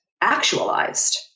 actualized